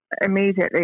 immediately